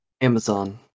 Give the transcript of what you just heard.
Amazon